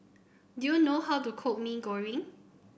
do you know how to cook Mee Goreng